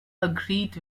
agreed